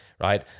right